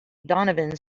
donovan